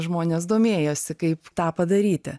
žmonės domėjosi kaip tą padaryti